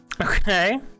Okay